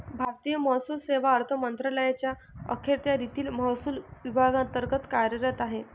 भारतीय महसूल सेवा अर्थ मंत्रालयाच्या अखत्यारीतील महसूल विभागांतर्गत कार्यरत आहे